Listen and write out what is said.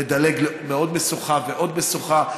לדלג על עוד משוכה ועוד משוכה.